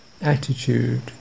attitude